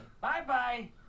Bye-bye